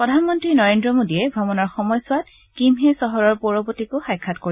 প্ৰধানমন্ত্ৰী নৰেন্দ্ৰ মোদীয়ে ভ্ৰমণৰ সময়ছোৱাত কিমহে চহৰৰ পৌৰপতিকো সাক্ষাৎ কৰিব